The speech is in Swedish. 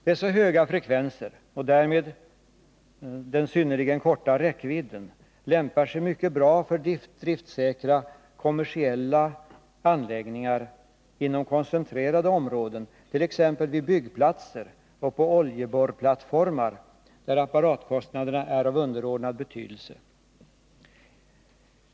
Dessa höga frekvenser — och den därmed synnerligen korta räckvidden — 149 lämpar sig mycket bra för driftsäkra, kommersiella anläggningar inom koncentrerade områden, t.ex. vid byggplatser och på oljeborrplattformar, där apparatkostnaderna är av underordnad betydelse.